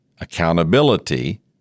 Accountability